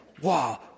wow